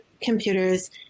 computers